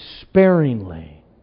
sparingly